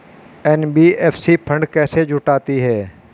NBFC fund कैसे जुटाती है?